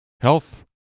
Health